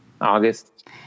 August